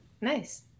Nice